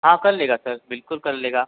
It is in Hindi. हाँ कर लेगा सर बिल्कुल कर लेगा